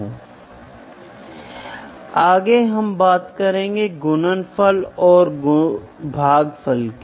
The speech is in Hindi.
मान लीजिए कि हम मान लेते हैं मैं द्रव्यमान को मापना चाहता हूं मैं kg से मापता हूं मेरे पास एक उपकरण है जो माप सकता है